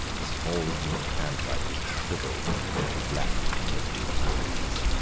the small, neat handwriting shrivelled into black flaky nothingness.